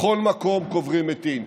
בכל מקום קוברים מתים.